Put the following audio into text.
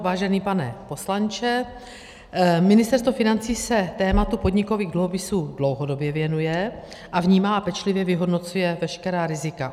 Vážený pane poslanče, Ministerstvo financí se tématu podnikových dluhopisů dlouhodobě věnuje a vnímá a pečlivě vyhodnocuje veškerá rizika.